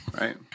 Right